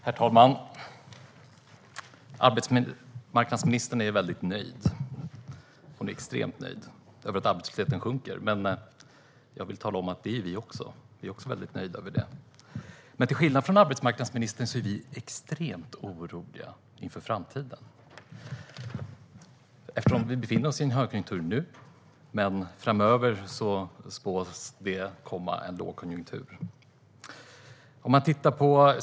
Herr talman! Arbetsmarknadsministern är väldigt nöjd. Hon är extremt nöjd över att arbetslösheten sjunker. Det är vi också, vill jag tala om. Vi är också väldigt nöjda över det. Men till skillnad från arbetsmarknadsministern är vi extremt oroliga inför framtiden. Vi befinner oss i en högkonjunktur nu, men framöver spås det komma en lågkonjunktur.